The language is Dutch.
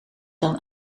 dan